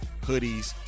hoodies